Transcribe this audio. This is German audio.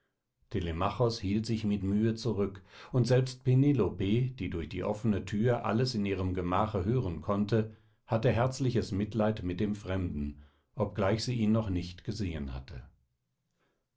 hielt sich mit mühe zurück und selbst penelope die durch die offene thür alles in ihrem gemache hören konnte hatte herzliches mitleid mit dem fremden obgleich sie ihn noch nicht gesehen hatte